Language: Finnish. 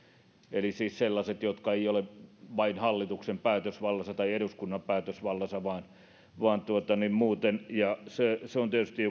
eli sellaiset jotka eivät ole vain hallituksen tai eduskunnan päätösvallassa vaan vaan muuten mikä tietysti